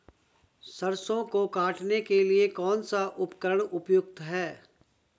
सरसों को काटने के लिये कौन सा उपकरण उपयुक्त है?